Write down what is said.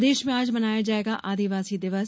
प्रदेश में आज मनाया जायेगा आदिवासी दिवस